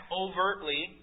overtly